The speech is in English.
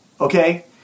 okay